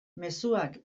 mezuak